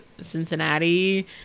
Cincinnati